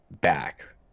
back